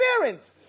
parents